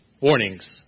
warnings